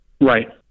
Right